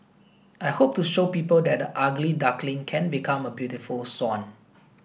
I hope to show people that the ugly duckling can become a beautiful swan